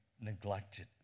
neglected